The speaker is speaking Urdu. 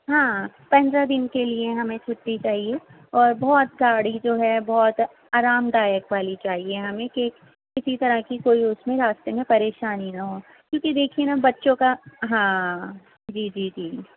ہاں پندرہ دن کے لیے ہمیں چھٹی چاہیے اور بہت گاڑی جو ہے بہت آرام دائک والی چاہیے ہمیں کہ کسی طرح کی کوئی اس میں راستے میں پریشانی نہ ہو کیونکہ دیکھیے نہ بچوں کا ہاں جی جی جی